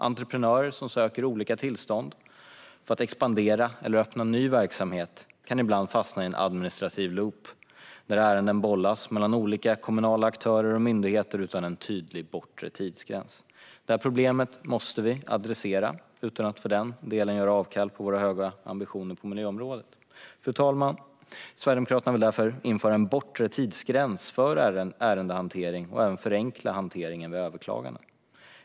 Entreprenörer som söker olika tillstånd för att expandera eller öppna ny verksamhet kan ibland fastna i en administrativ loop där ärenden bollas mellan olika kommunala aktörer och myndigheter utan en tydlig bortre tidsgräns. Det problemet måste vi adressera utan att för den delen göra avkall på våra höga ambitioner på miljöområdet. Fru talman! Sverigedemokraterna vill därför införa en bortre tidsgräns för ärendehantering och även förenkla hanteringen vid överklagande.